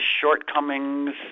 shortcomings